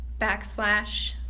backslash